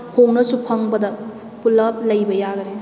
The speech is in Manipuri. ꯍꯣꯡꯅꯁꯨ ꯐꯪꯕꯗ ꯄꯨꯜꯂꯞ ꯂꯩꯕ ꯌꯥꯈꯔꯦ